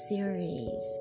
Series